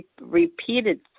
repeated